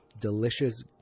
delicious